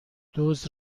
دزد